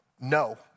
No